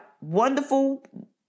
wonderful